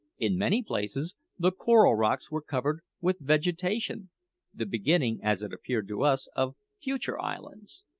in many places the coral rocks were covered with vegetation the beginning, as it appeared to us, of future islands.